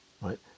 right